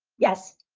yes.